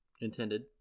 Intended